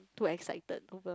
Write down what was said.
too excited over